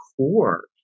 core